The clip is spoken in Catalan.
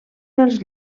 dels